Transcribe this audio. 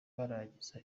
barangiza